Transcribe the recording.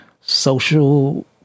social